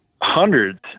hundreds